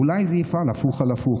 אולי זה יפעל הפוך על הפוך.